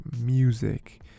music